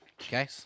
okay